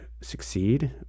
succeed